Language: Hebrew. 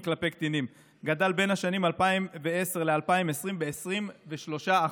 כלפי קטינים גדל בין 2010 ל-2020 ב-23%.